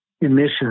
emissions